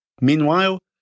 Meanwhile